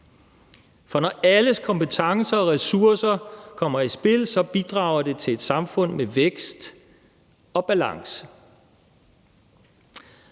Når alles kompetencer og ressourcer kommer i spil, bidrager det til et samfund med vækst og balance.